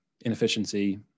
inefficiency